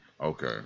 Okay